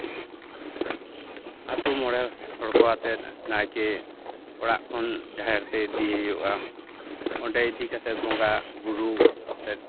ᱟᱹᱛᱩ ᱢᱚᱬᱮ ᱦᱚᱲ ᱠᱚᱣᱟᱛᱮ ᱱᱟᱭᱠᱮ ᱚᱲᱟᱜ ᱠᱷᱚᱱ ᱡᱟᱦᱮᱨᱛᱮ ᱤᱫᱤᱭᱮ ᱦᱩᱭᱩᱜᱼᱟ ᱚᱸᱰᱮ ᱤᱫᱤ ᱠᱟᱛᱮᱫ ᱵᱚᱸᱜᱟ ᱵᱩᱨᱩ ᱟᱛᱮᱫ